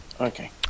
Okay